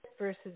versus